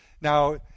Now